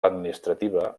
administrativa